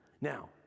Now